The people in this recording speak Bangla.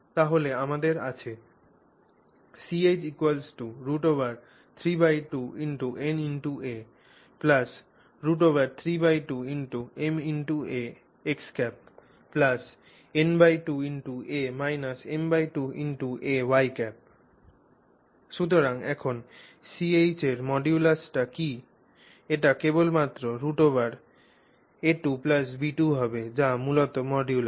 তাহলে আমাদের আছে Ch √32na√32ma n2 a m2 a সুতরাং এখন Ch এর মডুলাসটি কী এটি কেবলমাত্র হবে যা মূলত মডিউলাস